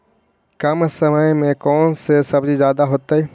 कम समय में कौन से सब्जी ज्यादा होतेई?